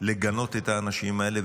לגנות את האנשים האלה.